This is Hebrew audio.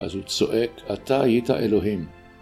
אז הוא צועק, אתה היית אלוהים.